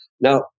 Now